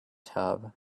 tub